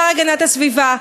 השר להגנת הסביבה.